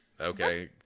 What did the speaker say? okay